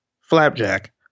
flapjack